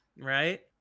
Right